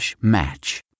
match